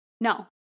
no